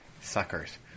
suckers